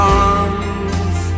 arms